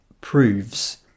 proves